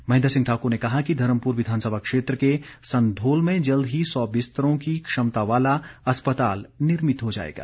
महेंद्र सिंह ठाकुर ने कहा कि धर्मपुर विधानसभा क्षेत्र के संधोल में जल्द ही सौ बिस्तरों की क्षमता वाला अस्पताल निर्मित हो जाएगा